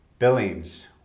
Billings